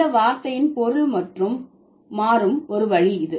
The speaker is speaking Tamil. இந்த வார்த்தையின் பொருள் மாறும் ஒரு வழி இது